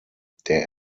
der